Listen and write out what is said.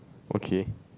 okay